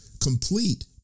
complete